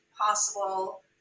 possible